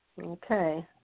Okay